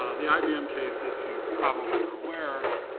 the ibm case, as you probably are aware, ah,